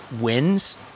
wins